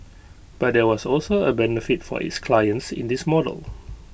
but there was also A benefit for its clients in this model